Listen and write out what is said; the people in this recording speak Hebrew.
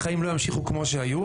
החיים לא ימשיכו כמו שהיו.